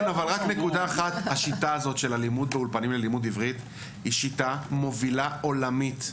השיטה של הלימוד באולפנים ללימוד עברית היא שיטה מובילה עולמית.